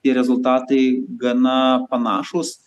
tie rezultatai gana panašūs